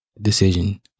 decision